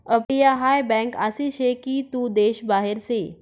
अपटीया हाय बँक आसी से की तू देश बाहेर से